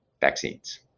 vaccines